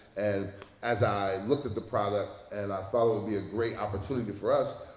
and as i looked at the product and i thought it would be a great opportunity for us,